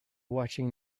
watching